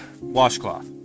washcloth